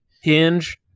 hinge